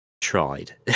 tried